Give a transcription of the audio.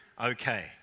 okay